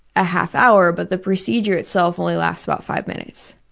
a half hour but the procedure itself only lasts about five minutes.